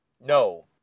No